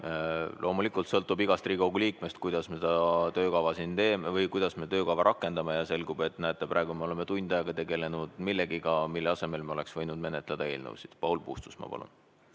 Loomulikult sõltub igast Riigikogu liikmest, kuidas me seda töökava siin teeme või kuidas me töökava rakendame, ja selgub, et näete, praegu me oleme tund aega tegelenud millegagi, mille asemel me oleks võinud menetleda eelnõusid. Paul Puustusmaa, palun!